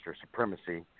supremacy